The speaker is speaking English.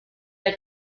had